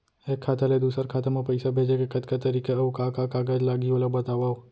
एक खाता ले दूसर खाता मा पइसा भेजे के कतका तरीका अऊ का का कागज लागही ओला बतावव?